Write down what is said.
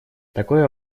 такой